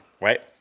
right